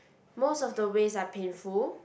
most of the ways are painful